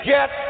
Get